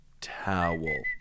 towel